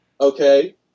okay